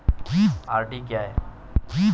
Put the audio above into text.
RD क्या है?